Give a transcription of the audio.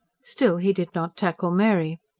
still he did not tackle mary.